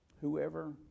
whoever